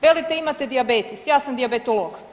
Velite imate dijabetes, ja sam dijabetolog.